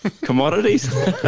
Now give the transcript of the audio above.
commodities